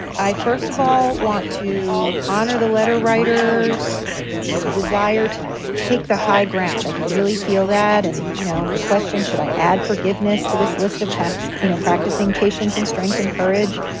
i, first of all, want to honor the letter writers desire to take the high ground. i can really feel that. and you know the question, should i add forgiveness to this list of passion, you know, practicing patients and strength and courage?